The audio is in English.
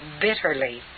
bitterly